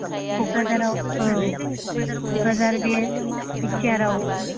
क'क्राझार आव औ क'क्राझार बे बि टि आर आव